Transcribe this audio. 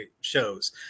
shows